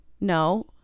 No